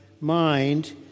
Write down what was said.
mind